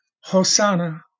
Hosanna